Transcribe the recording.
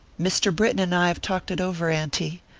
mr. britton and i have talked it over, auntie.